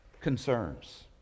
concerns